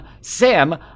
Sam